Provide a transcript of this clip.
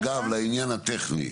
גם לעניין הטכני.